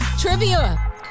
Trivia